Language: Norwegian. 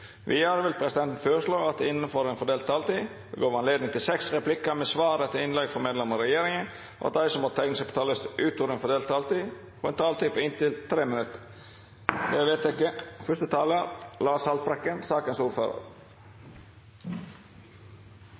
Vidare vil presidenten føreslå at det – innanfor den fordelte taletida – vert gjeve anledning til seks replikkar med svar etter innlegg frå medlemer av regjeringa, og at dei som måtte teikna seg på talarlista utover den fordelte talartida, får ei taletid på inntil 3 minutt. – Det er vedteke.